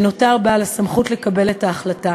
שנותר בעל הסמכות לקבל את ההחלטה,